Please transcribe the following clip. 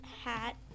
hat